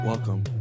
Welcome